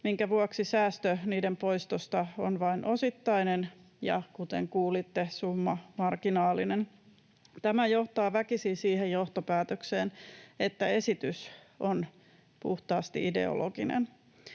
minkä vuoksi säästö niiden poistosta on vain osittainen ja, kuten kuulitte, summa marginaalinen. Tämä johtaa väkisin siihen johtopäätökseen, että esitys on puhtaasti ideologinen.